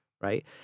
right